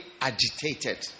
agitated